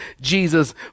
Jesus